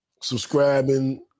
subscribing